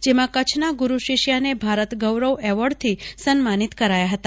જેમાં કચ્છના ગુરુ શિષ્યાને ભારત ગૌરવ એવોર્ડથી સન્માનિત કરાયા હતા